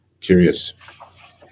Curious